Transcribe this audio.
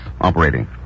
operating